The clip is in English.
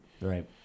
Right